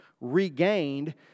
regained